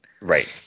Right